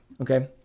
Okay